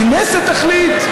הכנסת תחליט?